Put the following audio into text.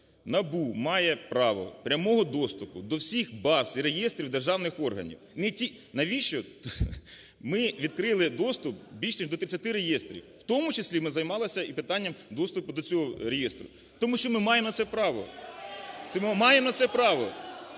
НАБУ має право прямого доступу до всіх баз і реєстрів державних органів… Навіщо? Ми відкрили доступ більш ніж до 30 реєстрів, в тому числі ми займалися і питанням доступом до цього реєстру, тому що ми маємо на це право.